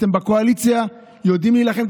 אתם בקואליציה יודעים להילחם.